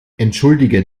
entschuldige